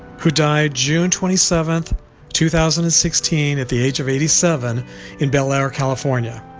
who died june twenty seventh two thousand and sixteen at the age of eighty seven in bel air, california